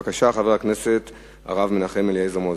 בבקשה, חבר הכנסת הרב מנחם אליעזר מוזס.